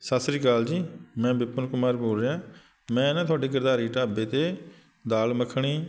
ਸਤਿ ਸ਼੍ਰੀ ਅਕਾਲ ਜੀ ਮੈਂ ਵਿਪਨ ਕੁਮਾਰ ਬੋਲ ਰਿਹਾ ਮੈਂ ਨਾ ਤੁਹਾਡੇ ਗਿਰਧਾਰੀ ਢਾਬੇ 'ਤੇ ਦਾਲ ਮੱਖਣੀ